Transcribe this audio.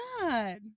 God